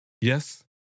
Yes